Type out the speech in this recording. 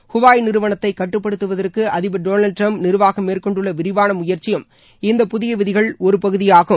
Huawei நிறுனத்தை கட்டுப்படுத்துவதற்கு அதிபர் டொனால்டு டிரம்ப் நிர்வாகம் மேற்கொண்டுள்ள விரிவான முயற்சியும் இந்த புதிய விதிகள் ஒருபகுதியாகும்